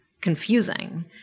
confusing